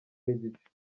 n’igice